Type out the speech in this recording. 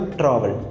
travel